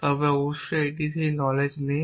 তবে অবশ্যই আমাদের সেই নলেজ নেই